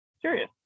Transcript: curious